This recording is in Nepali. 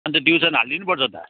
अनि त ट्युसन हालिदिनुपर्छ त